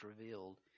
revealed